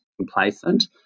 complacent